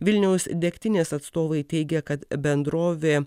vilniaus degtinės atstovai teigė kad bendrovė